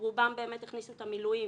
רובם באמת הכניסו את המילואים